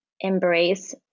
embrace